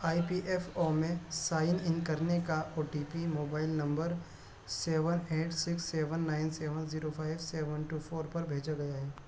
آئی P F O میں sign in کرنے کا O T P mobile number seven eight six seven nine seven zero five seven two four پر بھیجا گیا ہے